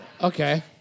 okay